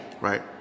right